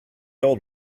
old